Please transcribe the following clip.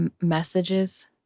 Messages